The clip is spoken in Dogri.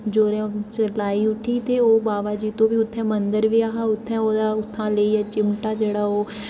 जोरा ने चरलाई उट्ठी ते बावा जित्तो दा उत्थै मंदर हा उत्थैं लेइयै चिमटा उत्थै ओह्